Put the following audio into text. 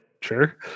sure